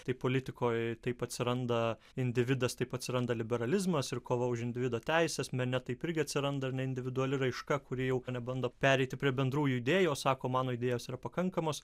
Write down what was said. tai politikoj taip atsiranda individas taip atsiranda liberalizmas ir kova už individo teises mene taip irgi atsiranda individuali raiška kuri jau na bando pereiti prie bendrų judėjo sako mano idėjos yra pakankamos